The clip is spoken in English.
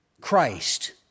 Christ